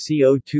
CO2